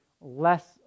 less